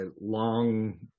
long